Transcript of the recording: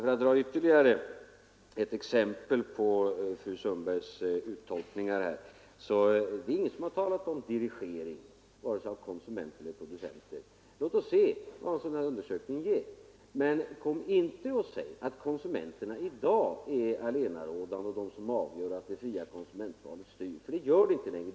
För att ta ytterligare ett exempel på fru Sundbergs uttolkningar vill jag understryka att ingen har talat om dirigering av vare sig konsumenter eller producenter. Låt oss se vad en sådan här undersökning ger, men kom inte och säg att konsumenterna i dag är allenarådande och att det fria konsumentvalet styr, för det gör det inte längre!